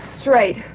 straight